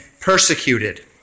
persecuted